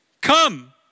Come